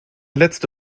letzte